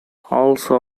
also